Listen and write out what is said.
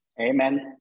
Amen